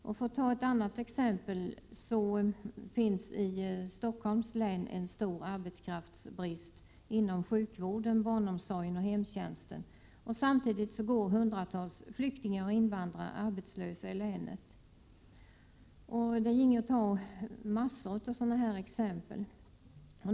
För att ta ett annat exempel vill jag nämna att det i Stockholms län finns en stor arbetskraftsbrist inom sjukvården, barnomsorgen och hemtjänsten. Samtidigt går hundratals flyktingar och invandrare arbetslösa i länet. Det skulle vara möjligt att ge en mängd sådana här exempel.